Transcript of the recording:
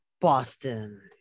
Boston